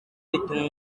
bituma